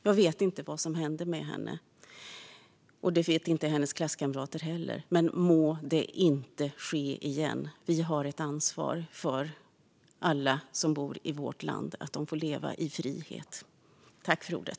Jag vet inte vad som hände med henne, och det vet inte heller hennes klasskamrater. Men må det inte ske igen. Vi har ett ansvar för att alla som bor i vårt land får leva i frihet.